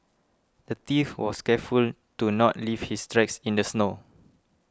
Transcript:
the thief was careful to not leave his tracks in the snow